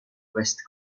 west